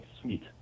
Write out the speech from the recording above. sweet